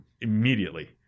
immediately